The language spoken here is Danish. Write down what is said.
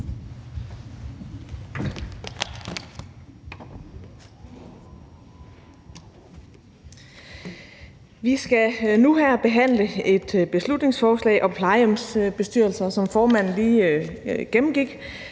Vi skal nu behandle et beslutningsforslag om plejehjemsbestyrelser, og som formanden lige gennemgik,